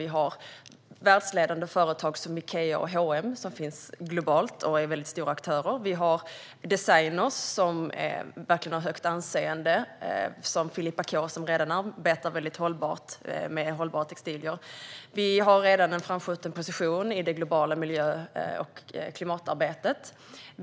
Vi har världsledande företag som Ikea och H&M, som finns globalt och är väldigt stora aktörer. Vi har designer med mycket högt anseende, till exempel Filippa K, som redan arbetar hållbart och med hållbara textilier. Vi har redan en framskjuten position i det globala miljö och klimatarbetet.